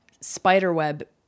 spiderweb